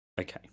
Okay